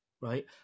right